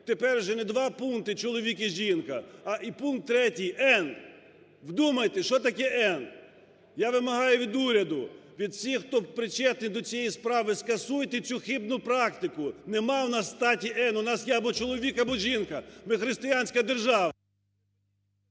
тепер уже не два пункти – чоловік і жінка, а пункт третій – "М". Вдумайтесь, що таке "М"? Я вимагаю від уряду, від всіх, хто причетний до цієї справи, скасуйте цю хибну практику, немає у нас статі "М", у нас є або чоловік, або жінка, ми християнська держава…